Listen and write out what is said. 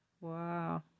wow